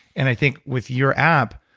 and i think with your app,